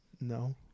No